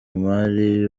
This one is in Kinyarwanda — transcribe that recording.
imari